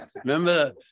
Remember